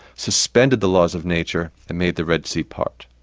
suspended the laws of nature and made the red sea part.